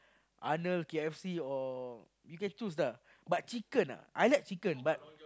Arnold K_F_C or you can choose lah but chicken ah I like chicken but